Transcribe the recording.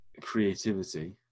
creativity